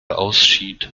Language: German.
ausschied